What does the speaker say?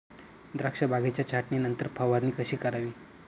द्राक्ष बागेच्या छाटणीनंतर फवारणी कशी करावी?